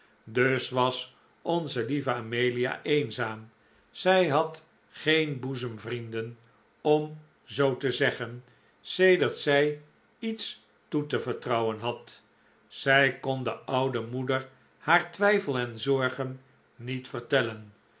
dus was onze lieve amelia eenzaam zij had geen boezemvrienden om zoo te zeggen sedert zij iets toe te vertrouwen had zij kon de oude moeder haar twijfel en zorgen niet vertellen